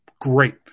Great